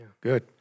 good